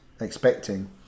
expecting